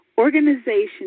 Organization